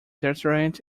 deterrent